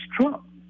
Trump